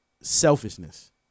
selfishness